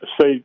say